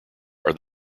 are